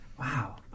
Wow